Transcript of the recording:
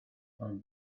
ond